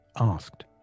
asked